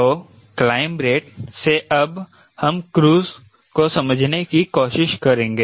तो climb rate से अब हम क्रूज़ को समझने की कोशिश करेंगे